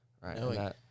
Right